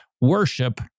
Worship